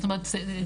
זאת אומרת,